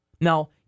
Now